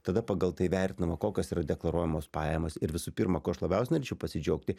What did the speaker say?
tada pagal tai vertinama kokios yra deklaruojamos pajamos ir visų pirma kuo aš labiausiai norėčiau pasidžiaugti